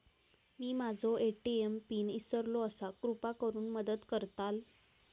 मी माझो ATM PIN इसरलो आसा कृपा करुन मदत करताल